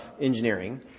engineering